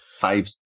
five